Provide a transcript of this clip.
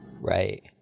Right